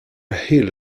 hill